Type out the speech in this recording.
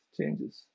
changes